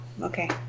Okay